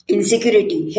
Insecurity